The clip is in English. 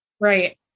Right